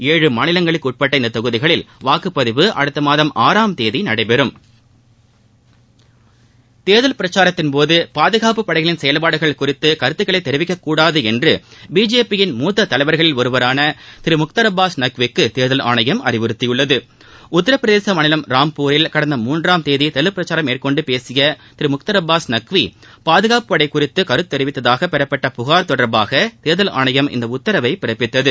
ஏழு மாநிலங்களுக்குட்பட்ட இந்த தொகுதிகளில் வாக்குப்பதிவு அடுத்த மாதம் ஆறாம் தேதி நடைபெறும் தேர்தல் பிரச்சாரத்தின் போது பாதுகாப்புப் படைகளின் செயவ்பாடுகள் குறித்து கருத்துக்களைத் தெரிவிக்கக்கூடாது என்று பிஜேபி யின் மூத்த தலைவர்களில் ஒருவரான திரு முக்தார் அபாஸ் நக்விக்கு தேர்தல் ஆணையம் அறிவுறுத்தியுள்ளதுமூ உத்திரபிரதேச மாநிலம் ராம்பூரில் கடந்த மூன்றாம் தேதி தேர்தல் பிரச்சாரம் மேற்கொண்டு பேசிய திரு முக்தார் அபாஸ் நக்வி பாதுகாப்புப் படை குறித்து கருத்து தெரிவித்ததாக பெறப்பட்ட புகார் தொடர்பாக தேர்தல் ஆணையம் இந்த உத்தரவை பிறப்பித்தது